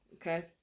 okay